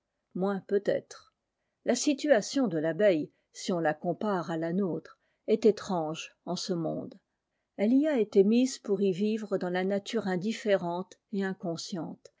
moins peut-être la situation de l'abeille si on la compare à la nôtre est étrange en ce monde elle y a été mise pour y vivre dans la nature indifférente et inconsciente